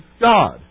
God